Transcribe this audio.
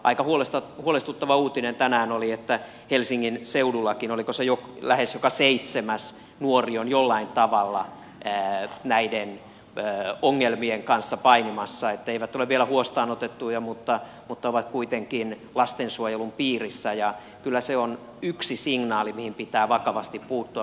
aika huolestuttava uutinen tänään oli että helsingin seudullakin oliko se jo lähes joka seitsemäs nuori on jollain tavalla näiden ongelmien kanssa painimassa eivät ole vielä huostaan otettuja mutta ovat kuitenkin lastensuojelun piirissä ja kyllä se on yksi signaali mihin pitää vakavasti puuttua